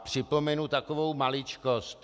Připomenu takovou maličkost.